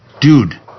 dude